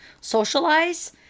socialize